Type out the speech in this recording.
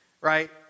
right